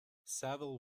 saville